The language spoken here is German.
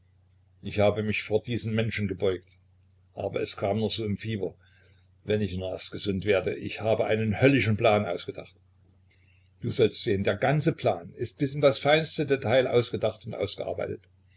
ich habe mich vor diesem menschen gebeugt aber es kam nur so im fieber wenn ich nur erst gesund werde ich habe einen höllischen plan ausgedacht du sollst sehen der ganze plan ist bis in das feinste detail ausgedacht und ausgearbeitet